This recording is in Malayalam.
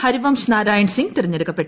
ഹരിവംശ് നാരായണൻ സിംഗ് തിരഞ്ഞെടുക്കപ്പെട്ടു